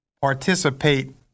participate